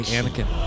Anakin